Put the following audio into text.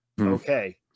okay